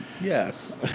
yes